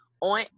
on